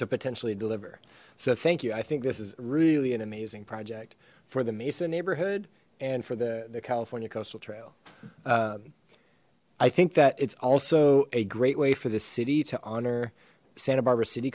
to potentially deliver so thank you i think this is really an amazing project for the mesa neighborhood and for the the california coastal trail i think that it's also a great way for the city to honor santa barbara city